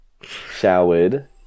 Showered